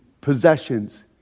possessions